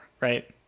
right